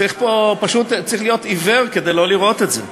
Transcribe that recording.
צריך להיות עיוור כדי לא לראות את זה.